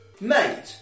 Mate